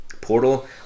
portal